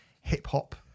hip-hop